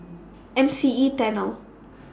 M C E Tunnel